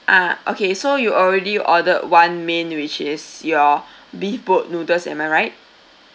ah okay so you already ordered one main which is your beef boat noodles am I right